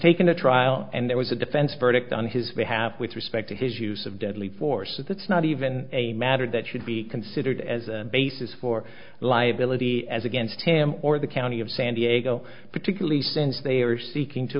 taken to trial and there was a defense verdict on his behalf with respect to his use of deadly force that's not even a matter that should be considered as a basis for liability as against him or the county of san diego particularly since they are seeking to